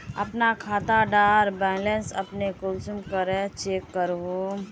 अपना खाता डार बैलेंस अपने कुंसम करे चेक करूम?